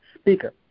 speaker